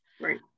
right